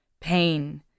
pain